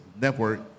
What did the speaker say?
network